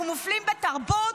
אנחנו מופלים בתרבות,